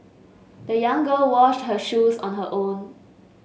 the young girl washed her shoes on her own